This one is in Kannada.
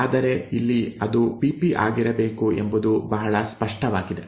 ಆದರೆ ಇಲ್ಲಿ ಅದು pp ಆಗಿರಬೇಕು ಎಂಬುದು ಬಹಳ ಸ್ಪಷ್ಟವಾಗಿದೆ